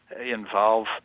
involve